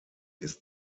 ist